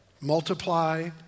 multiply